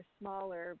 smaller